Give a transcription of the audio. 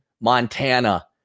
Montana